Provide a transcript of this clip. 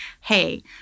hey